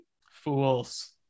Fools